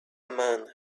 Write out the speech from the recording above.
man